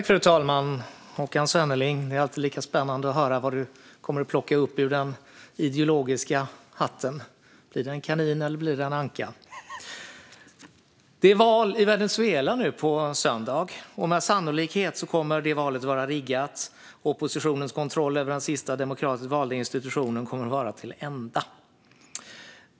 Fru talman! Det är alltid lika spännande att höra vad Håkan Svenneling plockar upp ur den ideologiska hatten. Blir det en kanin, eller blir det en anka? Det är val i Venezuela nu på söndag. Med sannolikhet kommer det valet att vara riggat, och oppositionens kontroll över den sista demokratiskt valda institutionen kommer att vara till ända.